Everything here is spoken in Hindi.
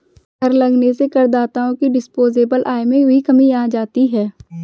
कर लगने से करदाताओं की डिस्पोजेबल आय में भी कमी आ जाती है